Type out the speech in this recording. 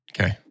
Okay